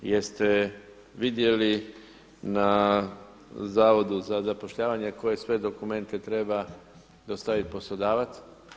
Jeste vidjeli na Zavodu za zapošljavanje koje sve dokumente treba dostaviti poslodavac?